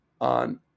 on